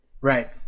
Right